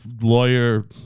lawyer